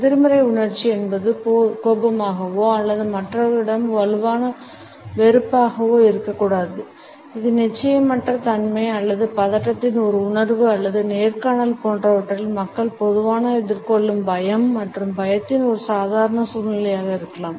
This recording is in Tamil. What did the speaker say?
எதிர்மறை உணர்ச்சி என்பது கோபமாகவோ அல்லது மற்றவர்களிடம் வலுவான வெறுப்பாகவோ இருக்கக்கூடாது இது நிச்சயமற்ற தன்மை அல்லது பதட்டத்தின் ஒரு உணர்வு அல்லது நேர்காணல் போன்றவற்றில் மக்கள் பொதுவாக எதிர்கொள்ளும் பயம் மற்றும் பயத்தின் ஒரு சாதாரண சூழ்நிலையாக இருக்கலாம்